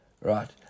Right